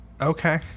Okay